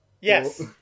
Yes